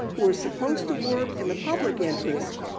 who are supposed to work in the public interest,